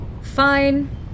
Fine